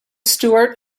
stuart